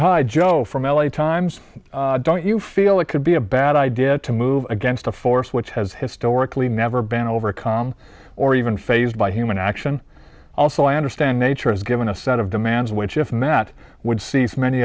hi joe from l a times don't you feel it could be a bad idea to move against a force which has historically never been overcome or even phased by human action also i understand nature has given a set of demands which if met would cease many